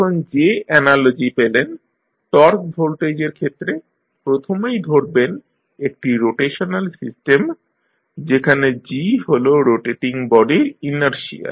এখন যে অ্যানালজি পেলেন টর্ক ভোল্টেজের ক্ষেত্রে প্রথমেই ধরবেন একটি রোটেশনাল সিস্টেম যেখানে g হল রোটেটিং বডির ইনারশিয়া